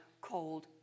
cold